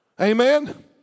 Amen